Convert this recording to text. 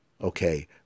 Okay